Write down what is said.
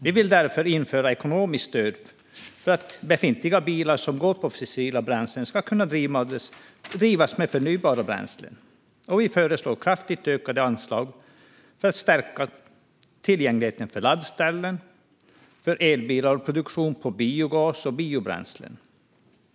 Vi vill därför införa ekonomiskt stöd för att befintliga bilar som går på fossila bränslen ska kunna drivas med förnybara bränslen, och vi föreslår kraftigt ökade anslag för att stärka tillgängligheten till laddställen för elbilar och öka produktionen av biogas och biobränslen.